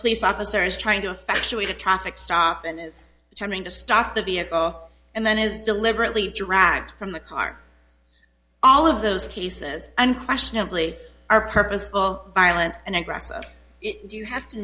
police officer is trying to affect your way to traffic stop and is turning to stop the vehicle and then is deliberately dragged from the car all of those cases unquestionably are purposeful violent and aggressive do you have to